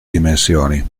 dimensioni